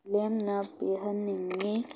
ꯂꯦꯝꯅ ꯄꯤꯍꯟꯅꯤꯡꯏ